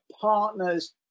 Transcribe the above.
partners